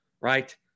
right